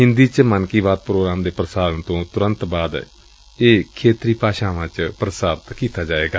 ਹਿੰਦੀ ਚ ਮਨ ਕੀ ਬਾਤ ਪ੍ਰੋਗਰਾਮ ਦੇ ਪ੍ਸਾਰਣ ਤੋਂ ਤੁਰੰਤ ਬਾਅਦ ਇਹ ਖੇਤਰੀ ਭਾਸ਼ਾਵਾਂ ਚ ਪ੍ਸਾਰਤ ਕੀਤਾ ਜਾਏਗਾ